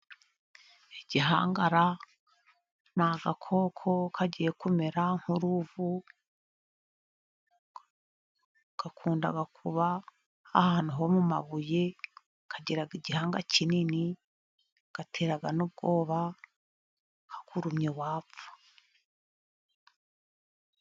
Igihangara ni agakoko kagiye kumera nk'uruvu, gakunda kuba ahantu ho mu mabuye, kagira igihanga kinini, gatera n'ubwoba kakurumye wapfa.